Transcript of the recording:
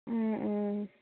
অঁ অঁ